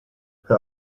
her